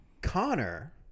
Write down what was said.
Connor